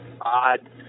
odd